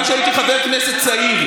גם כשהייתי חבר כנסת צעיר.